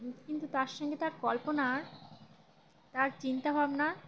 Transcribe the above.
কিন্তু তার সঙ্গে তার কল্পনার তার চিন্তাভাবনা